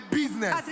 business